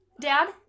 Dad